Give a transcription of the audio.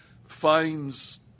Finds